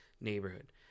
neighborhood